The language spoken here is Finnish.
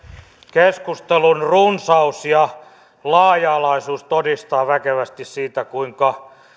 keskustelun runsaus ja laaja alaisuus todistaa väkevästi siitä kuinka